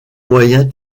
moyens